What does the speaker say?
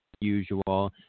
usual